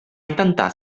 intentar